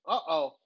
Uh-oh